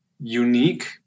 unique